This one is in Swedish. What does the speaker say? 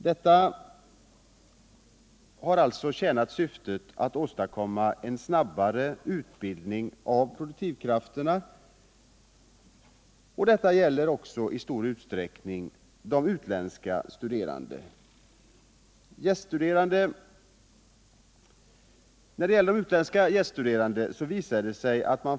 Detta har tjänat syftet att åstadkomma en snabbare utbildning av produktivkrafterna. Detta gäller i stor utsträckning också de utländska studerande.